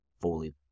fully